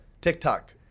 TikTok